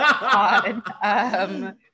on